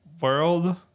world